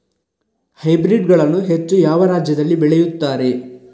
Hybrid ಗಳನ್ನು ಹೆಚ್ಚು ಯಾವ ರಾಜ್ಯದಲ್ಲಿ ಬೆಳೆಯುತ್ತಾರೆ?